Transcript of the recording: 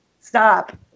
stop